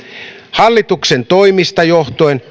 hallituksen toimista johtuen